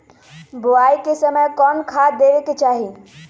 बोआई के समय कौन खाद देवे के चाही?